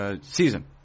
season